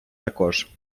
також